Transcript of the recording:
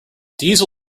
diesel